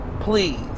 Please